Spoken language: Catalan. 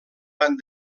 van